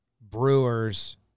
Brewers